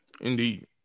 Indeed